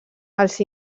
els